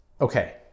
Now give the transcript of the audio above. Okay